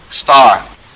star